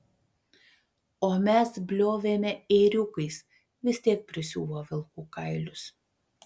o mes bliovėme ėriukais vis tiek prisiuvo vilkų kailius